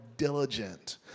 diligent